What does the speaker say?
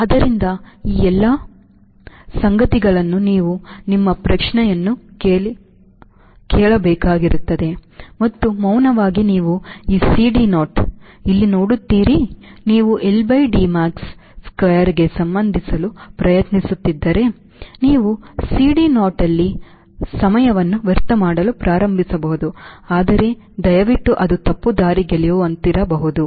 ಆದ್ದರಿಂದ ಈ ಎಲ್ಲ ಸಂಗತಿಗಳನ್ನು ನೀವು ನಿಮ್ಮ ಪ್ರಶ್ನೆಯನ್ನು ಕೇಳಬೇಕಾಗಿರುತ್ತದೆ ಮತ್ತು ಮೌನವಾಗಿ ನೀವು ಈ CDo ಇಲ್ಲಿ ನೋಡುತ್ತೀರಿ ನೀವು L by D max square ಗೆ ಸಂಬಂಧಿಸಲು ಪ್ರಯತ್ನಿಸದಿದ್ದರೆ ನೀವು CDO ಯಲ್ಲಿ ಸಮಯವನ್ನು ವ್ಯರ್ಥ ಮಾಡಲು ಪ್ರಾರಂಭಿಸಬಹುದು ಆದರೆ ದಯವಿಟ್ಟು ಅದು ತಪ್ಪುದಾರಿಗೆಳೆಯುವಂತಿರಬಹುದು